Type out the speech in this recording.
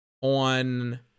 on